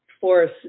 force